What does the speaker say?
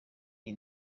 iyi